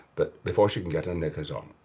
but before she can get her knickers on,